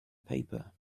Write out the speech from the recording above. paper